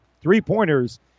three-pointers